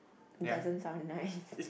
doesn't sound nice